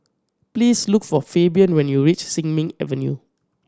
please look for Fabian when you reach Sin Ming Avenue